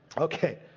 Okay